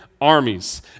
armies